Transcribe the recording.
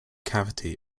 cavity